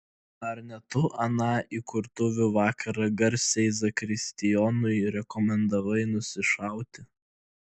ar ne tu aną įkurtuvių vakarą garsiai zakristijonui rekomendavai nusišauti